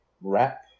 wrap